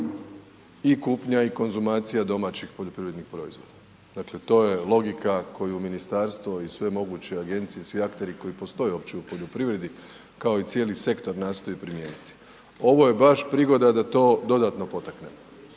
i kupnja i konzumacija domaćih poljoprivrednih proizvoda. Dakle, to je logika koju ministarstvo i sve moguće agencije i svi akteri koji postoje uopće u poljoprivredi kao i cijeli sektor nastoje primijeniti. Ovo je baš prigoda da to dodatno potaknemo.